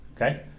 okay